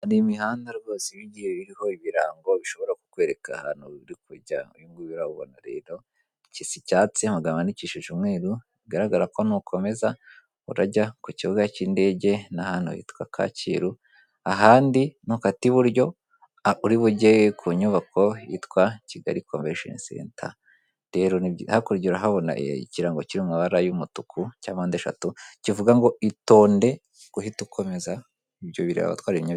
Hari imihanda rwose iba igiye iriho ibirango bishobora kukwereka ahantu kujya uyunguyu urawubona rero kisa icyatsi hadahananikishije umweru bigaragara ko nukomeza urajya ku kibuga cy'indege n'ahantu hitwa Kacyiru ahandi nukata iburyo uri bujye ku nyubako yitwa kigali convesheni senta, rero hakurya haboneye ikirango kiri mu amabara y'umutuku cy'apande eshatu kivuga ngo itonde guhita ukomeza ibyo bira abatwara ibinyabiziga.